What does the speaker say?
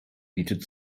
bietet